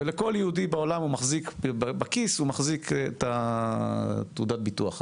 כל יהודי בעולם מחזיק בכיס את תעודת הביטוח הזאת.